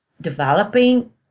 developing